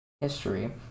history